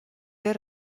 del